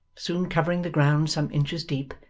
soon covering the ground some inches deep,